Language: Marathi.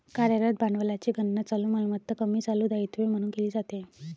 कार्यरत भांडवलाची गणना चालू मालमत्ता कमी चालू दायित्वे म्हणून केली जाते